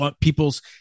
people's